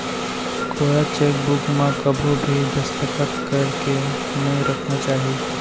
कोरा चेकबूक म कभू भी दस्खत करके नइ राखना चाही